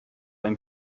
ein